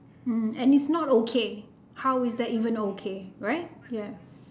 mm and it's not okay how is that even okay right ya